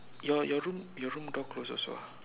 your your room your room door close also ah